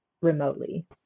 remotely